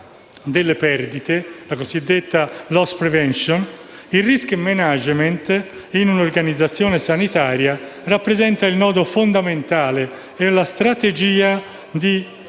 delle perdite, la cosiddetta *loss prevention*, il *risk management* in un'organizzazione sanitaria rappresenta il nodo fondamentale nella strategia di